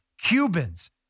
Cubans